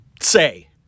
say